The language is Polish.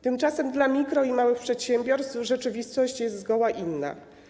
Tymczasem dla mikro- i małych przedsiębiorstw rzeczywistość jest zgoła inna.